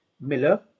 Miller